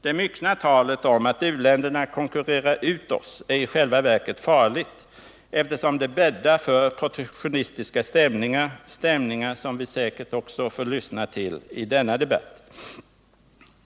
Det myckna talet om att u-länderna konkurrerar ut oss är i själva verket farligt, eftersom det bäddar för protektionistiska stämningar — stämningar som vi säkert också får lyssna till i denna debatt.